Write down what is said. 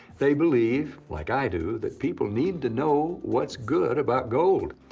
they believe, like i do, that people need to know whats good about gold.